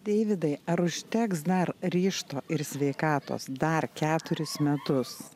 deividai ar užteks dar ryžto ir sveikatos dar keturis metus